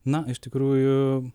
na iš tikrųjų